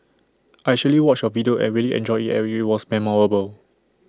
I actually watched your video and really enjoyed IT and IT was memorable